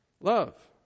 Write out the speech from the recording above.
Love